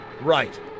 right